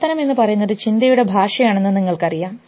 പ്രവർത്തനം എന്ന് പറയുന്നത് ചിന്തയുടെ ഭാഷയാണെന്ന് നിങ്ങൾക്കറിയാം